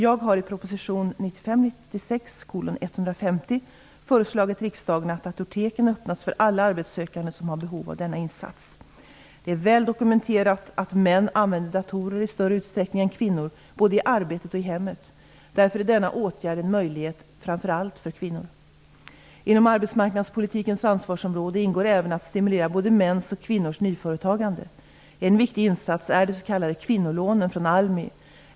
Jag har i proposition 1995/96:150 föreslagit riksdagen att datorteken öppnas för alla arbetssökande som har behov av denna insats. Det är väl dokumenterat att män använder datorer i större utsträckning än kvinnor både i arbetet och i hemmet. Därför är denna åtgärd en möjlighet framför allt för kvinnor. Inom arbetsmarknadspolitikens ansvarsområde ingår även att stimulera båda mäns och kvinnors nyföretagande. En viktig insats är de s.k. kvinnolånen från ALMI.